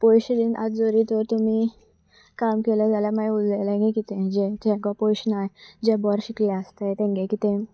पयशे दिन आज जरी तर तुमी काम केले जाल्यार मागीर उलयलेंगी कितें जें जेंको पयशें ना जे बोर शिकले आसताय तेंगे कितें